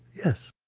yes